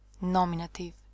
Nominative